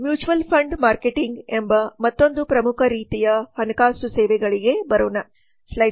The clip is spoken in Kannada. ಮ್ಯೂಚುವಲ್ ಫಂಡ್ ಮಾರ್ಕೆಟಿಂಗ್ ಎಂಬ ಮತ್ತೊಂದು ಪ್ರಮುಖ ರೀತಿಯ ಹಣಕಾಸು ಸೇವೆಗಳಿಗೆ ಬರುವುದು